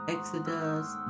Exodus